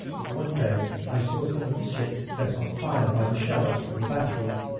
that one day i saw some of the ships set on fire by the shells from the batteries,